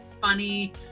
funny